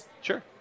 Sure